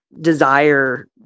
desire